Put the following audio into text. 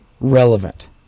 relevant